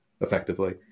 effectively